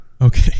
Okay